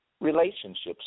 relationships